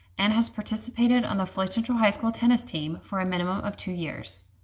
and has participated on the floyd central high school tennis team for a minimum of two years.